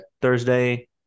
Thursday